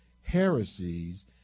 heresies